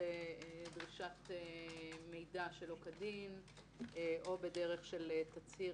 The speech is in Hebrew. לדרישת מידע שלא כדין או בדרך של תצהיר,